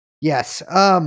Yes